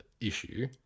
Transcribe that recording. issue